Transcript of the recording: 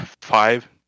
five